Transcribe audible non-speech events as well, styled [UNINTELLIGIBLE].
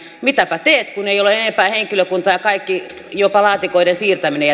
mitäpä teet kun ei ole enempää henkilökuntaa ja kaikki jopa laatikoiden siirtäminen [UNINTELLIGIBLE]